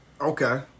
okay